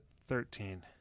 Thirteen